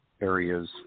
areas